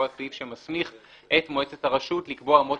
הוא הסעיף שמסמיך את מועצת הרשות לקבוע אמות